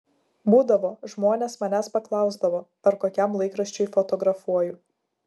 būdavo žmonės manęs paklausdavo ar kokiam laikraščiui fotografuoju